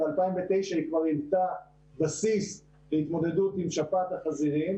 ב-2009 היא כבר היוותה בסיס להתמודדות עם שפעת החזירים,